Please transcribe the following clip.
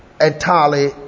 entirely